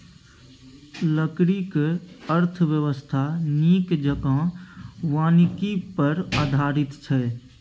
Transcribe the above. लकड़ीक अर्थव्यवस्था नीक जेंका वानिकी पर आधारित छै